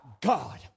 God